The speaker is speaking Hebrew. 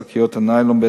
בשקיות הניילון,